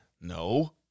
no